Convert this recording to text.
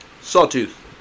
Sawtooth